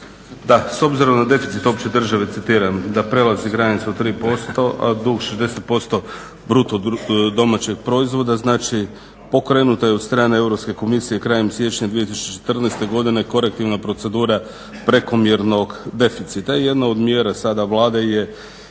Da, s obzirom na deficit opće države, citiram, da prelazi granicu od 3%, a dug 60% bruto domaćeg proizvoda, znači pokrenuta je od strane Europske komisije krajem siječnja 2014. godine korektivna procedura prekomjernog deficita. Jedna od mjera sada Vlade je